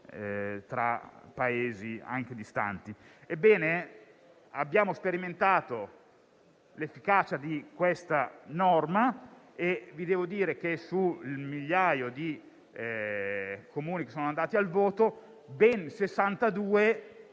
tra Paesi anche distanti. Ebbene, abbiamo sperimentato l'efficacia di questa norma e vi devo dire che, sul migliaio di Comuni che sono andati al voto, ben 62